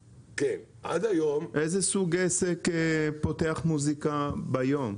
איזה סוג עסק פותח מוזיקה ביום?